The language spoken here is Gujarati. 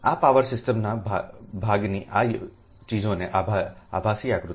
આ પાવર સિસ્ટમના ભાગની આ ચીજોનો આભાસી આકૃતિ છે